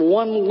one